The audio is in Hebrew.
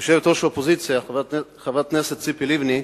יושבת-ראש האופוזיציה, חברת הכנסת ציפי לבני,